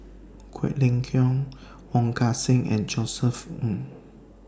Quek Ling Kiong Wong Kan Seng and Josef Ng